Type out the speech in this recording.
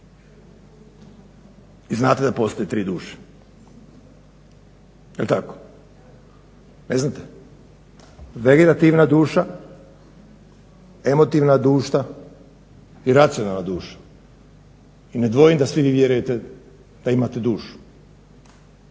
Vi znate da postoje tri duše? Ne znate. Vegetativna duša, emotivna duša i racionalna duša i ne dvojim da vi svi vjerujete da imate dušu.